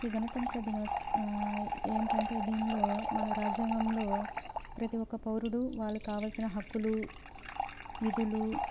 ఈ గణతంత్ర ది ఏమిటంటే దీనిలో మన రాజ్యంగంలో ప్రతి ఒక పౌరుడు వాళ్ళకి కావలసిన హక్కులు విధులు